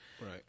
Right